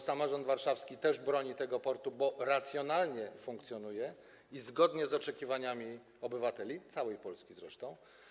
Samorząd warszawski też broni tego portu, bo funkcjonuje racjonalnie i zgodnie z oczekiwaniami obywateli, całej Polski zresztą.